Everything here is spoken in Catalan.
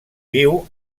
viu